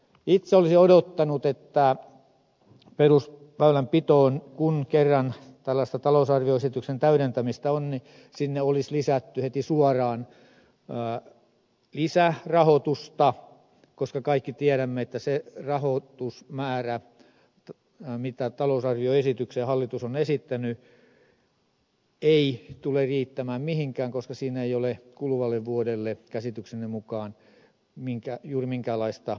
itse olisin odottanut että kun kerran perusväylänpitoon tällaista talousarvioesityksen täydentämistä on niin sinne olisi lisätty heti suoraan lisärahoitusta koska kaikki tiedämme että se rahoitusmäärä minkä talousarvioesitykseen hallitus on esittänyt ei tule riittämään mihinkään koska siinä ei ole kuluvalle vuodelle käsitykseni mukaan juuri minkäänlaista lisäystä